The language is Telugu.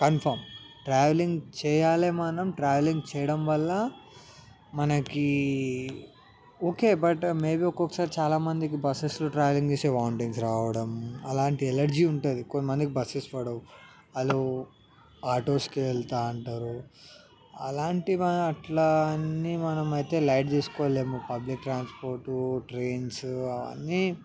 కన్ఫామ్ ట్రావెలింగ్ చేయ్యాలి మనం ట్రావెలింగ్ చేయడం వల్ల మనకి ఓకే బట్ మేబీ ఒక్కొక్కసారి చాలా మందికి బస్సెస్లో ట్రావెలింగ్ చేస్తే వాంటింగ్స్ రావడం అలాంటి ఎలర్జీ ఉంటుంది కొంతమందికి బసెస్ పడవు వాళ్ళు ఆటోస్కి వెళ్తా అంటారు అలాంటి అట్లా అన్నీ మనమైతే లైట్ తీసుకోలేము పబ్లిక్ ట్రాన్స్పోర్టు ట్రైన్సు